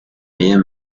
rien